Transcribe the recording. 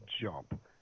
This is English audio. jump